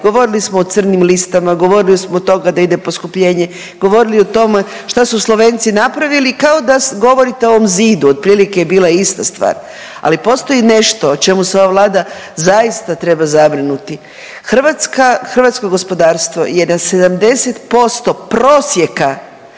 govorili smo o crnim listama, govorili smo od toga da ide poskupljenje, govorili o tome šta su Slovenci napravili, kao da govorite ovom zidu otprilike je bila ista stvar, ali postoji nešto o čemu se ova Vlada zaista treba zabrinuti. Hrvatska, hrvatsko gospodarstvo je na 70% prosjeka